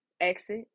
exit